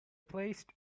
placed